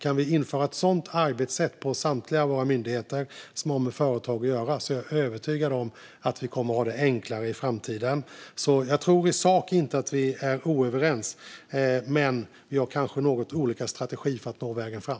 Kan vi införa ett sådant arbetssätt på samtliga våra myndigheter som har med företag att göra är jag övertygad om att vi kommer att ha det enklare i framtiden. Jag tror inte att vi i sak är oense. Men vi har kanske något olika strategi för att nå vägen fram.